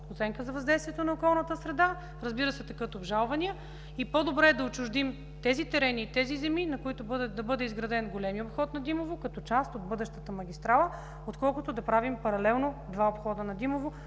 Оценка за въздействието на околната среда. Разбира се, текат обжалвания и по-добре е да отчуждим тези терени и тези земи, на които да бъде изграден големият обход на Димово като част от бъдещата магистрала, отколкото да правим паралелно два обхода на Димово,